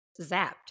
zapped